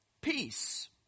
peace